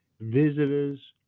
visitors